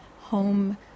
home